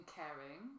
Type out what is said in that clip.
caring